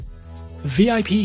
VIP